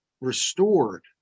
restored